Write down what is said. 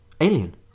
Alien